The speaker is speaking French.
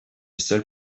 seul